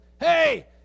Hey